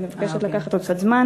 אז אני מבקשת לקחת עוד קצת זמן.